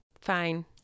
Fine